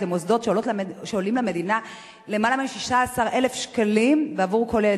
למוסדות שעולים למדינה למעלה מ-16,000 שקלים בעבור כל ילד.